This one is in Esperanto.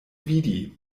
vidi